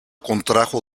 contrajo